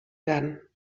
werden